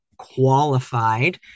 qualified